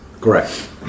Correct